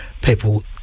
people